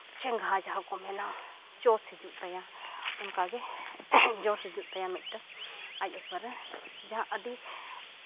ᱪᱮᱸᱜᱷᱟᱣ ᱡᱟᱦᱟᱸ ᱠᱚ ᱢᱮᱱᱟ ᱡᱚᱥ ᱦᱤᱡᱩᱜ ᱛᱟᱭᱟ ᱚᱱᱠᱟᱜᱮ ᱡᱚᱥ ᱦᱤᱡᱩᱜ ᱛᱟᱭᱟ ᱢᱤᱫᱴᱟᱹᱝ ᱟᱡᱽ ᱮᱠᱵᱟᱨᱮ ᱡᱟᱦᱟᱸ ᱟᱹᱰᱤ